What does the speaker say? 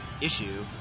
issue